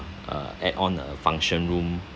uh add on a function room